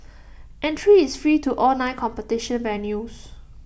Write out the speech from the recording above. entry is free to all nine competition venues